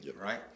right